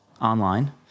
online